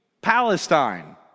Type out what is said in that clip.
Palestine